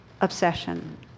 obsession